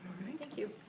thank you.